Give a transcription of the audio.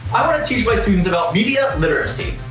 i want to teach my students about media literacy.